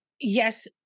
yes